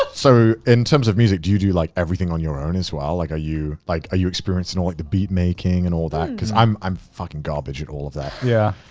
so in terms of music, do you do like everything on your own as well? like, are like you experiencing all like the beat making and all that? cause i'm i'm fucking garbage at all of that. yeah.